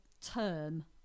term